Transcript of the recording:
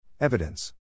Evidence